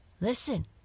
Listen